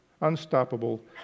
unstoppable